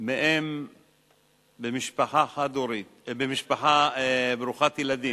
מאם במשפחה ברוכת ילדים.